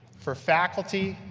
for faculty,